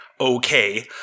okay